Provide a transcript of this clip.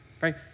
right